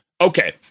Okay